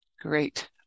Great